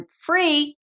free